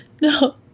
No